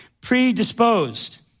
predisposed